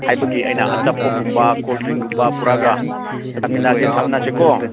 ꯍꯥꯏꯕꯒꯤ ꯑꯩꯅ ꯑꯆꯥꯄꯣꯠꯀꯨꯝꯕ ꯀꯣꯜ ꯗ꯭ꯔꯤꯡꯒꯨꯝꯕ ꯄꯨꯔꯛꯑꯒ ꯆꯥꯃꯤꯟꯅꯁꯦ ꯊꯛꯃꯤꯟꯅꯁꯤꯀꯣ